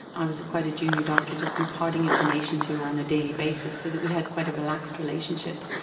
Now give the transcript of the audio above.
i was quite a junior doctor, just imparting information to her on a daily basis so that we had quite a relaxed relationship.